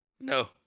No